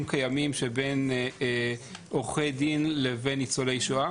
קיימים שבין עורכי דין לבין ניצולי שואה.